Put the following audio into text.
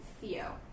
Theo